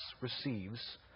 receives